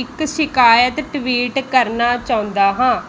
ਇੱਕ ਸ਼ਿਕਾਇਤ ਟਵੀਟ ਕਰਨਾ ਚਾਹੁੰਦਾ ਹਾਂ